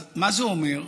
אז מה זה אומר?